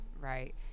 right